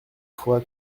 fois